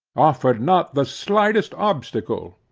offered not the slightest obstacle,